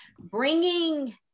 bringing